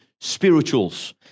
spirituals